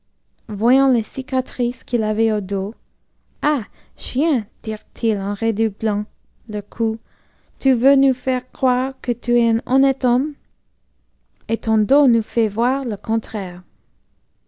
voyant les cicatrices qu'il avait au dos ah chien dirent-ils en redoublant leurs coups tu veux nous faire croire que tu es honnête homme et ton dos nous fait voir le contraire